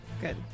Good